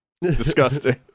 Disgusting